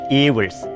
evils